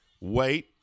wait